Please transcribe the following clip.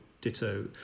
ditto